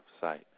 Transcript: sight